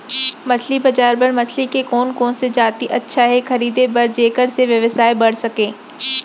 मछली बजार बर मछली के कोन कोन से जाति अच्छा हे खरीदे बर जेकर से व्यवसाय बढ़ सके?